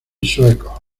suecos